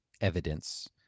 evidence